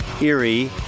Erie